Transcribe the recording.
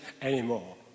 anymore